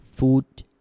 food